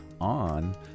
on